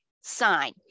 sign